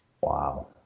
Wow